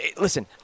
Listen